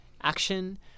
action